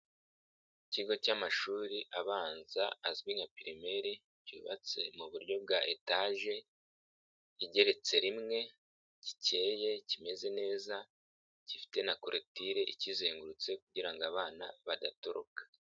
Ikigo cy'amashuri abanza azwi nka primaire cyubatse mu buryo bwa etaje igeretse rimwe, gikeye kimeze neza gifite na coroture ikizengurutse kugira ngo abana badatoroka.